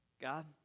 God